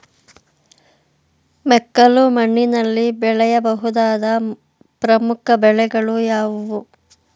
ಮೆಕ್ಕಲು ಮಣ್ಣಿನಲ್ಲಿ ಬೆಳೆಯ ಬಹುದಾದ ಪ್ರಮುಖ ಬೆಳೆಗಳು ಯಾವುವು?